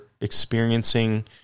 experiencing